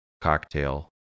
cocktail